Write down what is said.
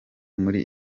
muri